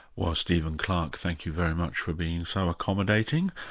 well stephen clarke, thank you very much for being so accommodating,